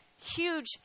huge